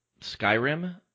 Skyrim